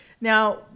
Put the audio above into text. Now